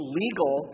legal